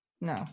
No